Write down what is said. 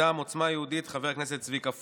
מטעם עוצמה יהודית, חבר הכנסת צביקה פוגל.